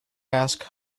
ask